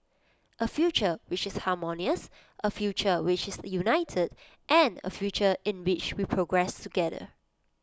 A future which is harmonious A future which is united and A future in which we progress together